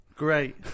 Great